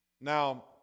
Now